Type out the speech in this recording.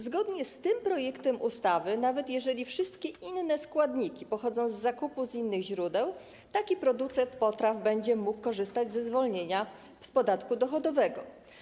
Zgodnie z tym projektem ustawy, nawet jeżeli wszystkie inne składniki pochodzą z zakupu z innych źródeł, taki producent potraw będzie mógł korzystać ze zwolnienia z podatku dochodowego.